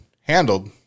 handled